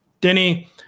Denny